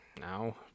now